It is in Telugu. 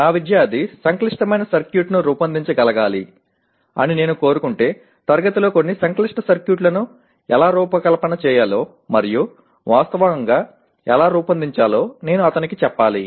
నా విద్యార్థి సంక్లిష్టమైన సర్క్యూట్ను రూపొందించగలగాలి అని నేను కోరుకుంటే తరగతిలో కొన్ని సంక్లిష్ట సర్క్యూట్లను ఎలా రూపకల్పన చేయాలో మరియు వాస్తవంగా ఎలా రూపొందించాలో నేను అతనికి చెప్పాలి